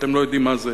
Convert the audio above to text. אתם לא יודעים מה זה,